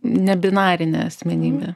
ne binarinė asmenybė